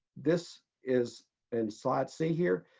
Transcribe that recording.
this is inside. see here,